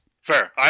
Fair